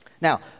Now